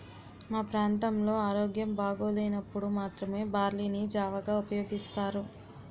మా ప్రాంతంలో ఆరోగ్యం బాగోలేనప్పుడు మాత్రమే బార్లీ ని జావగా ఉపయోగిస్తారు